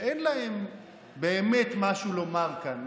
אין לה באמת משהו לומר כאן,